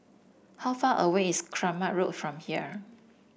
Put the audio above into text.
how far away is Kramat Road from here